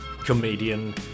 comedian